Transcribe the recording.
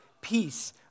peace